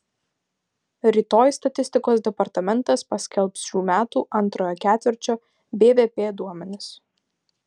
rytoj statistikos departamentas paskelbs šių metų antrojo ketvirčio bvp duomenis